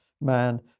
man